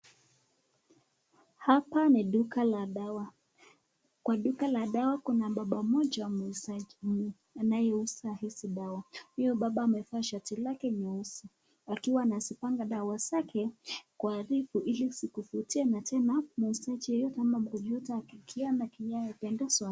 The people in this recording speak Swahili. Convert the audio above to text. Hapa ni duka la dawa. Kwa duka la dawa, kuna baba mmoja muuzaji anayeuza hizi dawa. Huyo baba amevaa shati lake nyeusi, akiwa anazipanga dawa zake kwa rafu ili zikuvutie, na tena muuzaji yeyote ama mgonjwa yeyote akiona kinayo pendezwa.